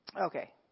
Okay